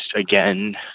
again